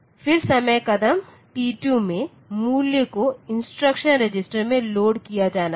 फिर समय कदम t2 में मूल्य को इंस्ट्रक्शन रजिस्टर में लोड किया जाना है